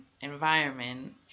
environment